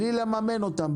בלי לממן אותם,